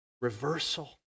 reversal